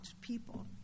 people